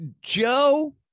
joe